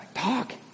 talk